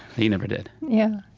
he never did yeah.